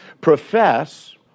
profess